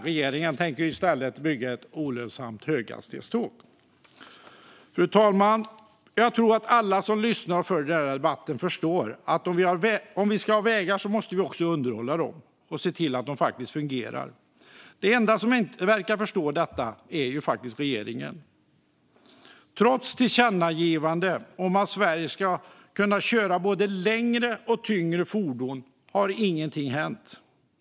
Regeringen tänker i stället bygga ett olönsamt höghastighetståg. Fru talman! Jag tror att alla som lyssnar och följer debatten förstår att om vi ska ha vägar måste vi också underhålla dem och se till att de fungerar. De enda som inte verkar förstå detta är regeringen. Trots tillkännagivanden om att man ska kunna köra både längre och tyngre fordon i Sverige har ingenting hänt.